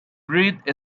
breathed